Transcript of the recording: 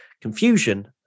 confusion